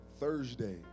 Thursday